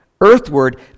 earthward